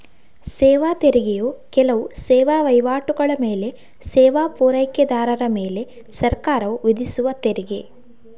ಸೇವಾ ತೆರಿಗೆಯು ಕೆಲವು ಸೇವಾ ವೈವಾಟುಗಳ ಮೇಲೆ ಸೇವಾ ಪೂರೈಕೆದಾರರ ಮೇಲೆ ಸರ್ಕಾರವು ವಿಧಿಸುವ ತೆರಿಗೆ